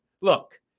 look